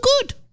good